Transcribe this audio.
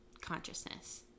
consciousness